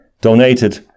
donated